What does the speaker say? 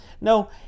No